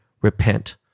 repent